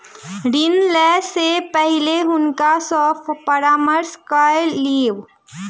ऋण लै से पहिने हुनका सॅ परामर्श कय लिअ